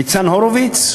ניצן הורוביץ,